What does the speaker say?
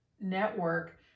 Network